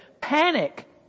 panic